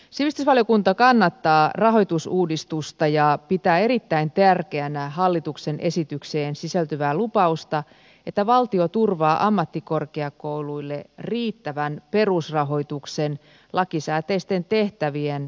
sivistysvaliokunta kannattaa rahoitusuudistusta ja pitää erittäin tärkeänä hallituksen esitykseen sisältyvää lupausta että valtio turvaa ammattikorkeakouluille riittävän perusrahoituksen lakisääteisten tehtävien turvaamiseksi